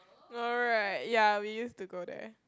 alright ya we used to go there